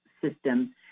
system